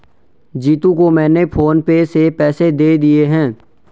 जीतू को मैंने PhonePe से पैसे दे दिए हैं